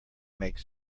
make